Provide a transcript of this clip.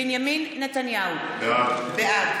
בנימין נתניהו, בעד